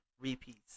repeats